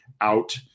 out